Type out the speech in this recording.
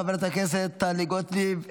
חברת הכנסת טלי גוטליב,